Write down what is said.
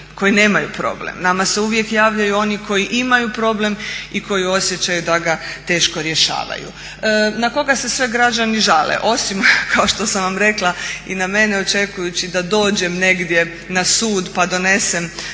koji nemaju problem. Nama se uvijek javljaju oni koji imaju problem i koji osjećaju da ga teško rješavaju. Na koga se sve građani žale? Osim kao što sam vam rekla i na mene očekujući da dođem negdje na sud pa donesem